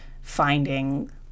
finding